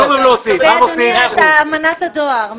ואדוני, את אמנת הדואר.